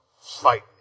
Fight